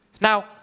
Now